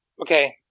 okay